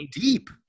deep